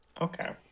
Okay